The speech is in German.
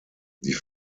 die